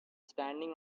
standing